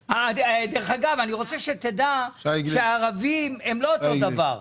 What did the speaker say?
אגב, ערבים הם לא אותו דבר.